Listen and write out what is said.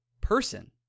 person